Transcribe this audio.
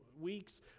weeks